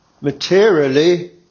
materially